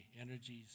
energies